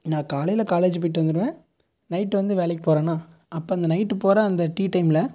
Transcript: நான் காலையில் காலேஜ்ஜி போயிட்டு வந்துடுவேன் நைட்டு வந்து வேலைக்கு போகிறேனா அப்போ அந்த நைட்டு பூரா அந்த டீ டைமில்